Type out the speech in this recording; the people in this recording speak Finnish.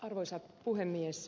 arvoisa puhemies